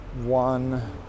one